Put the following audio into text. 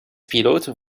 pilote